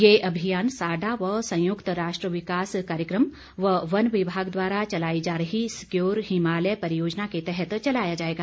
ये अभियान साडा व संयुक्त राष्ट्र विकास कार्यक्रम व वन विभाग द्वारा चलाई जा रही सिक्योर हिमालय परियोजना के तहत चलाया जाएगा